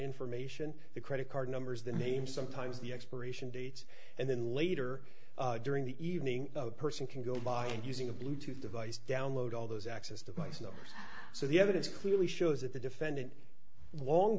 information the credit card numbers the names sometimes the expiration dates and then later during the evening a person can go by using a bluetooth device download all those access device no so the evidence clearly shows that the defendant won